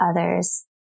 others